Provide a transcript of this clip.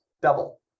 double